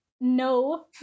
no